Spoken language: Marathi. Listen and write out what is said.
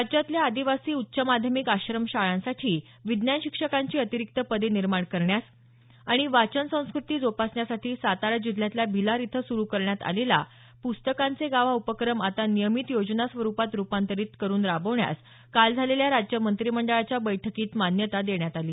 राज्यातल्या आदिवासी उच्च माध्यमिक आश्रमशाळांसाठी विज्ञान शिक्षकांची अतिरिक्त पदे निर्माण करण्यास आणि वाचन संस्क्रती जोपासण्यासाठी सातारा जिल्ह्यातल्या भिलार इथं सुरु करण्यात आलेला पुस्तकांचे गांव हा उपक्रम आता नियमित योजना स्वरुपात रुपांतरित करून राबवण्यास काल झालेल्या राज्य मंत्रिमंडळाच्या बैठकीत मान्यता देण्यात आली